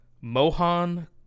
Mohan